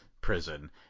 prison